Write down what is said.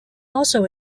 also